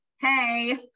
hey